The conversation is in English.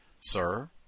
Sir